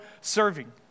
serving